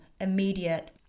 immediate